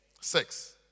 Six